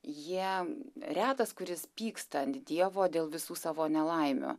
jiem retas kuris pyksta ant dievo dėl visų savo nelaimių